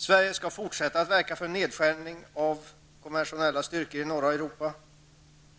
Sverige skall fortsätta att verka för en reducering av de konventionella styrkorna i norra Europa,